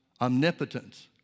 omnipotence